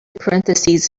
parentheses